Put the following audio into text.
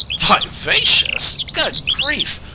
vivacious! good grief!